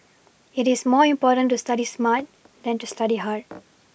it is more important to study smart than to study hard